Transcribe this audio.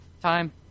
Time